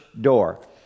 door